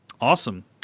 Awesome